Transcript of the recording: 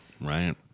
Right